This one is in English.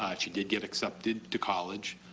ah she did get accepted to college.